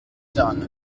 done